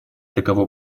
таково